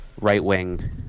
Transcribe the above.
right-wing